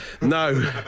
No